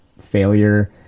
Failure